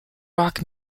rock